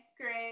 great